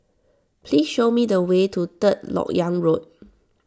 please show me the way to Third Lok Yang Road